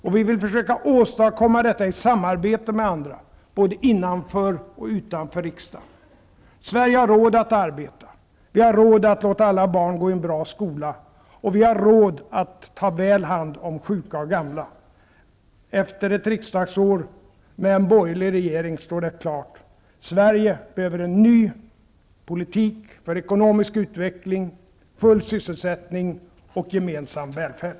Och vi vill försöka åstadkomma detta i samarbete med andra, både innanför och utanför riksdagen. Sverige har råd att arbeta! Vi har råd att låta alla barn gå i en bra skola! Och vi har råd att ta väl hand om sjuka och gamla. Efter ett riksdagsår med en borgerlig regering står det klart: Sverige behöver en ny politik för ekonomisk utveckling, full sysselsättning och gemensam välfärd!